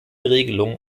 regelung